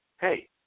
hey